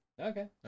Okay